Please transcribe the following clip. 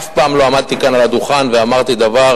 אף פעם לא עמדתי כאן על הדוכן ואמרתי דבר,